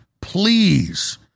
Please